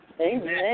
Amen